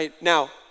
Now